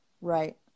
Right